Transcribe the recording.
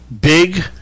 big